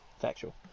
factual